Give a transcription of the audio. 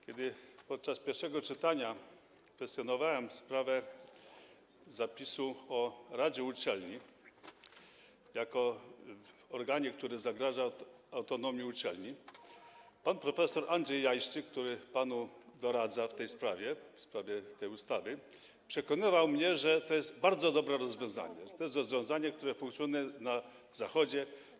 Kiedy podczas pierwszego czytania kwestionowałem sprawę zapisu o radzie uczelni jako organie, który zagraża autonomii uczelni, pan prof. Andrzej Jajszczyk, który panu doradza w tej sprawie, w sprawie tej ustawy, przekonywał mnie, że to jest bardzo dobre rozwiązanie, że to jest rozwiązanie, które funkcjonuje na Zachodzie.